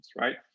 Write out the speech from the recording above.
right